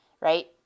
right